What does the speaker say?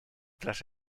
tras